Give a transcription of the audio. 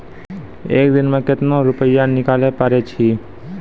एक दिन मे केतना रुपैया निकाले पारै छी?